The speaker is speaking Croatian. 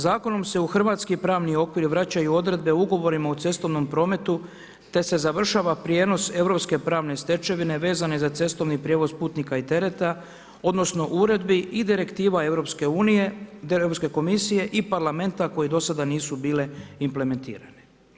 Zakonom se u hrvatski pravni okvir vraćaju odredbe ugovorima o cestovnom prometu, te se završava prijenos europske pravne stečevine vezane za cestovni prijevoz putnika i tereta, odnosno uredbi i direktiva EU, Europske komisije i parlamenta koje do sada nisu bile implementirane.